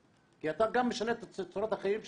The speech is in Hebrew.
כי אתה גם משנה את צורת החיים שלהם.